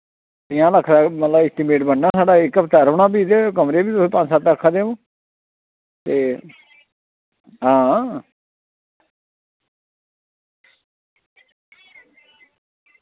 पञां लक्ख दा मतलब इस्टीमेट बनना साढ़ा इक हफ्ता रोह्ना फ्ही ते कमरे बी तुस पंज सत्त आक्खा दे ओ ते हां